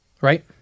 Right